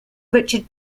richard